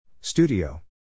Studio